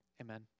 Amen